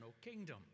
kingdom